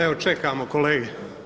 Evo čekamo kolege.